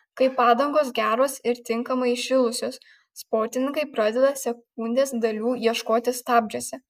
kai padangos geros ir tinkamai įšilusios sportininkai pradeda sekundės dalių ieškoti stabdžiuose